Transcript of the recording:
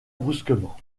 brusquement